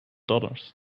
dollars